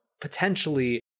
potentially